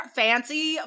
fancy